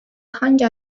hangi